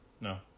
no